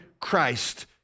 Christ